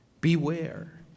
Beware